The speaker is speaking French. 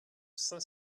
saint